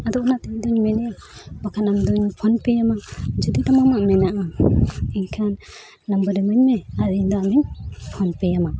ᱟᱫᱚ ᱚᱱᱟᱛᱮ ᱤᱧᱫᱚᱧ ᱢᱮᱱᱮᱫᱼᱟ ᱵᱟᱠᱷᱟᱱ ᱟᱢᱫᱚᱧ ᱯᱷᱳᱱ ᱯᱮᱭᱟᱢᱟ ᱡᱩᱫᱤ ᱛᱟᱢ ᱟᱢᱟᱜ ᱢᱮᱱᱟᱜᱼᱟ ᱮᱱᱠᱷᱟᱱ ᱱᱟᱢᱵᱟᱨ ᱤᱢᱟᱹᱧᱢᱮ ᱟᱨ ᱤᱧ ᱫᱚ ᱟᱢᱤᱧ ᱯᱷᱳᱱ ᱯᱮᱭᱟᱢᱟ